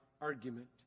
argument